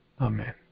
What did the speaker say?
Amen